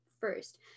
first